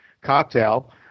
cocktail